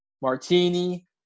martini